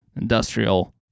industrial